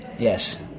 Yes